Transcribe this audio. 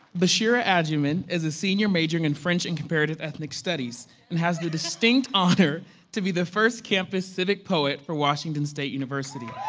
basheera agyeman is a senior majoring in french and comparative ethnic studies and has the distinct honor to be the first campus civic poet for washington state university.